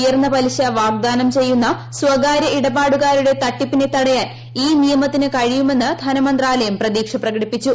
ഉയർന്ന പലിശ വാഗ്ധാനം ചെയ്യുന്ന സ്വകാര്യ ഇടപാടുകാരുടെ തട്ടിപ്പിന് തടയിടാൻ ഈ നിയമത്തിന് കഴിയുമെന്ന് ധനമന്ത്രാലയം പ്രതീക്ഷ പ്രകടിപ്പിച്ചു